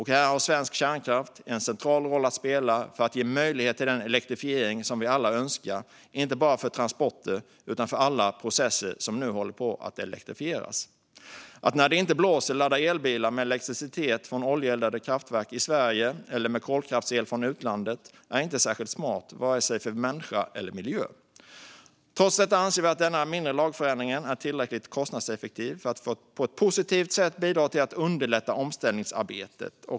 Här har svensk kärnkraft en central roll att spela för att ge möjlighet till den elektrifiering som vi alla önskar, inte bara för transporter utan för alla processer som nu håller på att elektrifieras. Att när det inte blåser ladda elbilar med elektricitet från oljeeldade kraftverk i Sverige eller med kolkraftsel från utlandet är inte särskilt smart vare sig för människa eller miljö. Trots detta anser vi att denna mindre lagförändring är tillräckligt kostnadseffektiv för att på ett positivt sätt bidra till att underlätta omställningsarbetet.